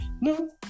No